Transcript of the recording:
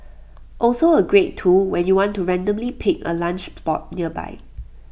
also A great tool when you want to randomly pick A lunch spot nearby